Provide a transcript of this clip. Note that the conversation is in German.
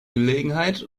gelegenheit